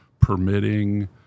permitting